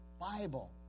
Bible